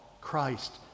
Christ